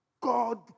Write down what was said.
God